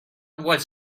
was